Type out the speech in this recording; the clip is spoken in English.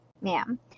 Ma'am